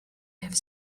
have